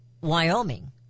Wyoming